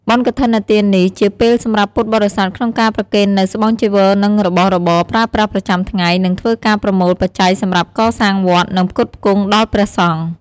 បុណ្យកឋិនទាននេះ ជាពេលសម្រាប់ពុទ្ធបរិស័ទក្នុងការប្រគេននូវស្បង់ចីវរនិងរបស់របរប្រើប្រាស់ប្រចាំថ្ងៃ និងធ្វើការប្រមូលបច្ច័យសម្រាប់កសាងវត្ត និងផ្គត់ផ្គងដល់ព្រះសង្ឃ ។